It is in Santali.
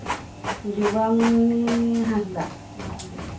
ᱡᱚᱵᱟᱢᱩᱱᱤ ᱦᱟᱸᱥᱫᱟᱜ